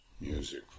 music